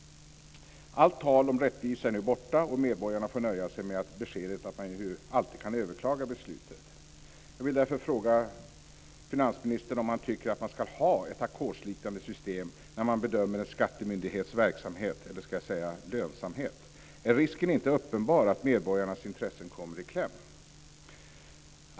Allt tal om rättvisa är nu borta, och medborgarna får nöja sig med beskedet att man alltid kan överklaga beslutet. Jag vill därför fråga finansministern om han tycker att man ska ha ett ackordsliknande system när man bedömer en skattemyndighets verksamhet eller lönsamhet. Är risken inte uppenbar att medborgarnas intressen kommer i kläm?